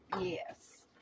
Yes